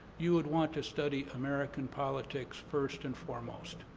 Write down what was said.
you would want to study american politics first and foremost.